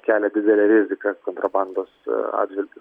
kelia didelę riziką kontrabandos atžvilgiu